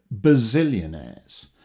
bazillionaires